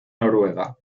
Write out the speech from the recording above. noruega